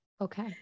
Okay